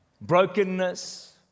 brokenness